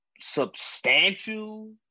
substantial